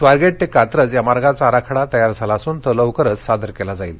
स्वारगट्टतक्रित्रज या मार्गाचा आराखडा तयार झाला असून तो लवकरच सादर क्वि जाईल